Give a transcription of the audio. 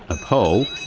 a pole,